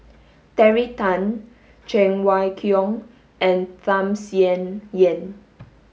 Terry Tan Cheng Wai Keung and Tham Sien Yen